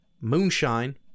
moonshine